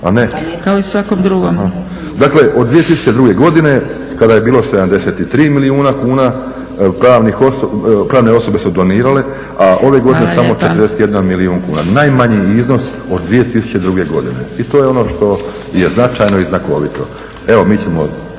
ne, kao i svakom drugom./… Aha. Dakle, od 2002. godine kada je bilo 73 milijuna kuna pravne osobe su donirale, a ove godine samo 41 milijun kuna. Najmanji iznos od 2002. godine. I to je ono što je značajno i znakovito. Evo, mi ćemo